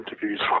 interviews